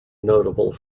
notable